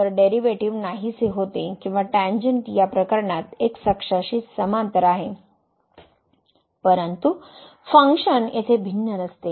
तर डेरीवेटिव नाहीसे होते किंवा टॅन्जेन्ट या प्रकरणात एक्स अक्षांशी समांतर आहे परंतु फंक्शन येथे भिन्न नसते